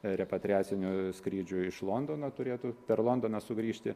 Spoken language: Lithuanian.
repatriaciniu skrydžiu iš londono turėtų per londoną sugrįžti